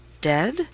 Dead